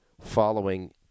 following